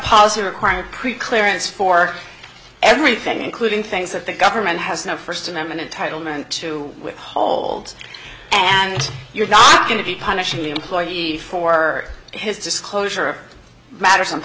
policy requiring pre clearance for everything including things that the government has no first amendment entitlement to withhold and you're not going to be punishing the employee for his disclosure matters